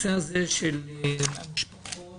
נושא המשפחות